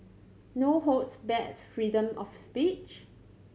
no holds bad's freedom of speech